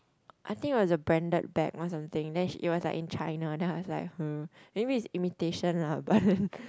I think it was a branded bag or something then she it was like in China then I was like !huh! maybe it is imitation lah but then